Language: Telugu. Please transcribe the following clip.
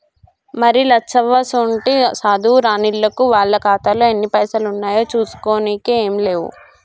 మరి లచ్చవ్వసోంటి సాధువు రానిల్లకు వాళ్ల ఖాతాలో ఎన్ని పైసలు ఉన్నాయో చూసుకోనికే ఏం లేవు